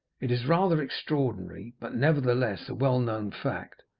it is rather extraordinary, but nevertheless a well-known fact,